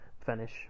finish